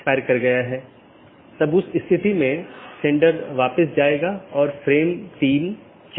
इसलिए जब कोई असामान्य स्थिति होती है तो इसके लिए सूचना की आवश्यकता होती है